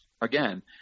again